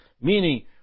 meaning